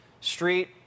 street